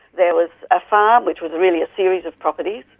there was a farm which was really a series of properties,